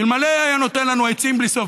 אילו היה נותן לנו עצים בלי סוף,